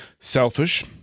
selfish